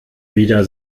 wieder